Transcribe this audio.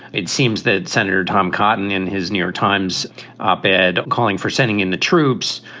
it seems that senator tom cotton in his new york times op ed calling for sending in the troops,